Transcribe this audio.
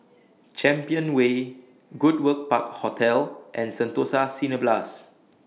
Champion Way Goodwood Park Hotel and Sentosa Cineblast